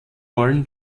rollen